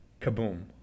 Kaboom